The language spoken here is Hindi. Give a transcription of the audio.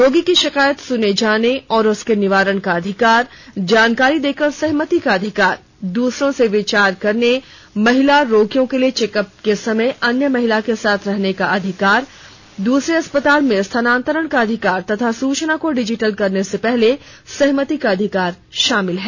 रोगी की शिकायत सुने जाने और उसके निवारण का अधिकार जानकारी देकर सहमति का अधिकार दूसरों से विचार करने महिला रोगियों के लिए चेकअप के समय अन्य महिला के साथ रहने का अधिकार दूसरे अस्पताल में स्थानान्तरण का अधिकार तथा सूचना को डिजिटल करने से पहले सहमति का अधिकार शामिल है